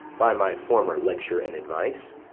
by my former lecture and advice,